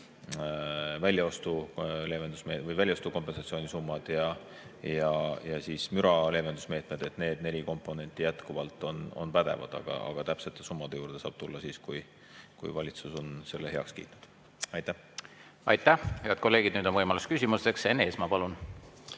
investeeringukomponent, väljaostu kompensatsiooni summad ja müraleevendusmeetmed – need neli komponenti jätkuvalt on pädevad. Aga täpsete summade juurde saab tulla siis, kui valitsus on selle heaks kiitnud. Aitäh! Aitäh! Head kolleegid, nüüd on võimalus küsimusteks. Enn Eesmaa, palun!